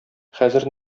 хәзер